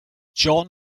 john